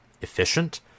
efficient